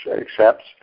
accepts